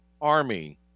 Army